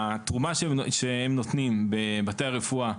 התרומה שהם נותנים בבתי הרפואה,